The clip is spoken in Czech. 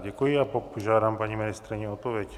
Děkuji a požádám paní ministryni o odpověď.